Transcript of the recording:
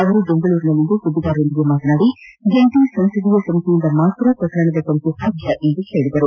ಅವರು ಬೆಂಗಳೂರಿನಲ್ಲಿಂದು ಸುದ್ದಿಗಾರರೊಂದಿಗೆ ಮಾತನಾದಿ ಜಂಟಿ ಸಂಸದೀಯ ಸಮಿತಿಯಿಂದ ಮಾತ್ರ ಪ್ರಕರಣದ ತನಿಖೆ ಸಾಧ್ಯ ಎಂದು ಹೇಳಿದರು